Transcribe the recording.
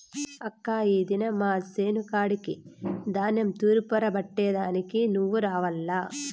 అక్కా ఈ దినం మా చేను కాడికి ధాన్యం తూర్పారబట్టే దానికి నువ్వు రావాల్ల